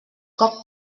coc